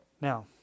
Now